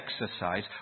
exercise